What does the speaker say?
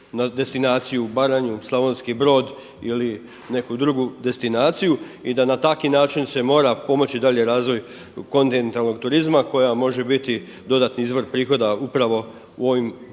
na destinaciju u Baranju, Slavonski Brod ili neku drugu destinaciju i da na takav način se mora pomoći daljnji razvoj kontinentalnog turizma, koji može biti dodatni izvor prihoda upravo u ovim